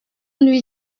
lui